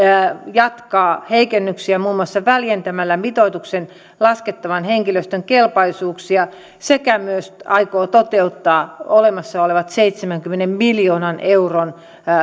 jatkaa heikennyksiä muun muassa väljentämällä mitoitukseen laskettavan henkilöstön kelpoisuuksia sekä aikoo toteuttaa olemassa olevat seitsemänkymmenen miljoonan euron